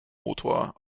motor